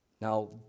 Now